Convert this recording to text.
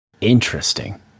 interesting